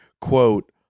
quote